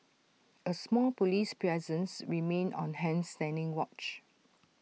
A small Police presence remained on hand standing watch